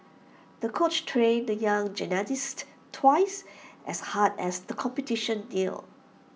the coach trained the young gymnast twice as hard as the competition neared